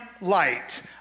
light